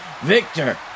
Victor